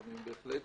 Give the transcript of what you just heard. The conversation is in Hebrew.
ואני בהחלט